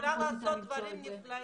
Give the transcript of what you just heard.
את יכולה לעשות דברים טובים,